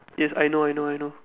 yes I know I know I know